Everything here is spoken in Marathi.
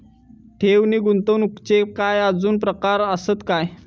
ठेव नी गुंतवणूकचे काय आजुन प्रकार आसत काय?